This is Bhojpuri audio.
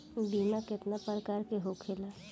बीमा केतना प्रकार के होखे ला?